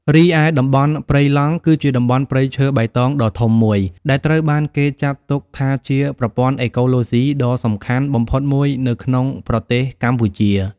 រីឯតំបន់ព្រៃឡង់ គឺជា តំបន់ព្រៃឈើបៃតងដ៏ធំមួយ ដែលត្រូវបានគេចាត់ទុកថាជាប្រព័ន្ធអេកូឡូស៊ីដ៏សំខាន់បំផុតមួយនៅក្នុងប្រទេសកម្ពុជា។